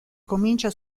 comincia